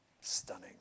Stunning